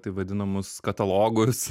taip vadinamus katalogus